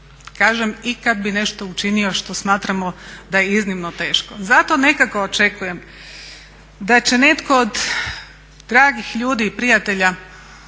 Kažem i kada bi nešto učinio što smatramo daje iznimno teško. Zato nekako očekujem da će netko od dragih ljudi i prijatelja